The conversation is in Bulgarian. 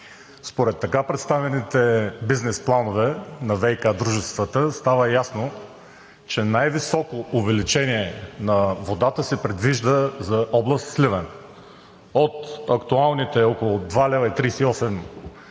според така представените бизнес планове на ВиК дружествата става ясно, че най-високо увеличение на водата се предвижда за област Сливен – от актуалните около 2,38 лв.